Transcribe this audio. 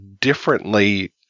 differently